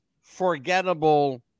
forgettable